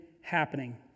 happening